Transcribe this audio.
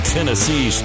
Tennessee